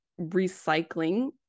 recycling